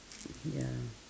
ya